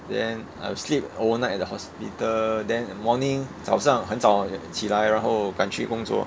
then I'll sleep overnight at the hospital then morning 早上很早起来然后赶去工作